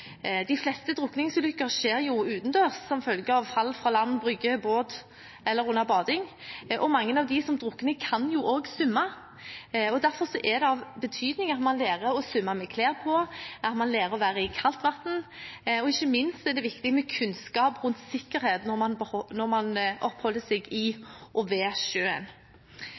De fleste drukningsulykker skjer jo utendørs som følge av fall fra land, brygge, båt eller under bading, og mange av dem som drukner, kan svømme. Derfor er det av betydning at man lærer å svømme med klær på, at man lærer å være i kaldt vann, og ikke minst er det viktig med kunnskap rundt sikkerhet når man oppholder seg i